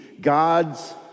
God's